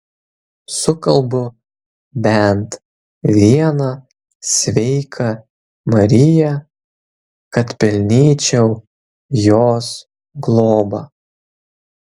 sukalbu bent vieną sveika marija kad pelnyčiau jos globą